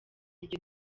iryo